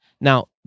Now